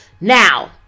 now